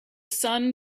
sun